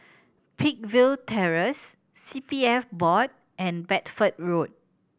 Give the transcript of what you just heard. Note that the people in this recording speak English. Peakville Terrace C P F Board and Bedford Road